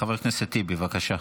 חבר הכנסת טיבי, בבקשה.